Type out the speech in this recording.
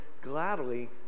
gladly